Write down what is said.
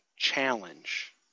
Challenge